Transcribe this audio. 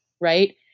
right